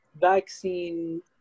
vaccine